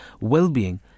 well-being